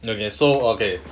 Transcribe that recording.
okay so okay